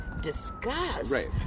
discuss